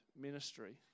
ministry